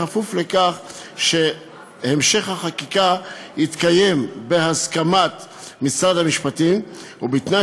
כפוף לכך שהמשך החקיקה יתקיים בהסכמת משרד המשפטים ובתנאי